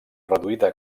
reduïda